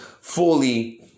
fully